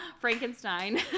Frankenstein